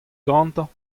gantañ